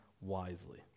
wisely